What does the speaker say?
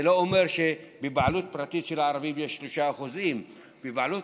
זה לא אומר שבבעלות פרטית של הערבים יש 3%; בבעלות